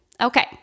Okay